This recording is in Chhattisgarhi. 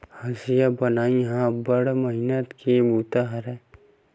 हँसिया बनई ह अब्बड़ मेहनत के बूता हरय